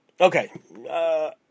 Okay